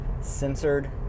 Censored